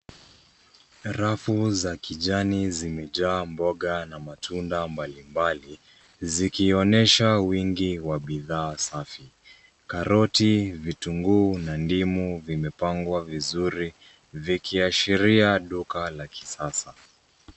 Rafu za kijani zimejaa mboga na matunda matunda mbalimbali zikionyesha wingi wa bidhaa safi. Karoti, vitunguu na ndimu vimepangwa vizuri vikiashiria duka la kisasa.